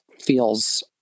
feels